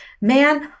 man